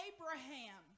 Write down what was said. Abraham